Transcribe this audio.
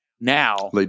Now